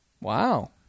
Wow